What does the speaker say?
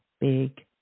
big